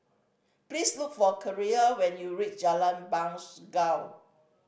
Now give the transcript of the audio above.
please look for Keira when you reach Jalan Bangau